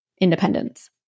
independence